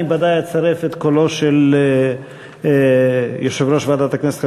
אני ודאי אצרף את קולו של יושב-ראש ועדת הכנסת,